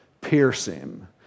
piercing